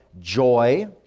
joy